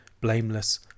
blameless